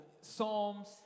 psalms